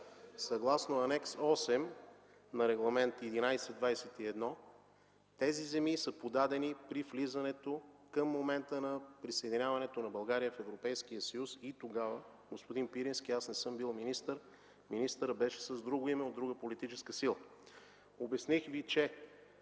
Съгласно Анекс 8 на Регламент № 1121 тези земи са подадени при влизането, към момента на присъединяването на България към Европейския съюз. Господин Пирински, тогава не съм бил министър. Министърът беше с друго име и от друга политическа сила. Обясних Ви, че